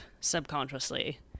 subconsciously